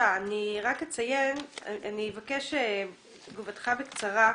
אני אבקש את תגובתך בקצרה.